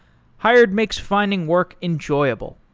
hired makes finding work enjoyable.